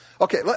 Okay